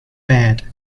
bad